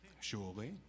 Surely